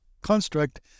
construct